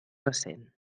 recent